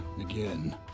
Again